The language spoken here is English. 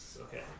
Okay